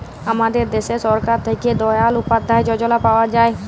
আমাদের দ্যাশে সরকার থ্যাকে দয়াল উপাদ্ধায় যজলা পাওয়া যায়